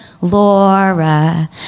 Laura